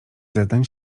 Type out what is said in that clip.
zeznań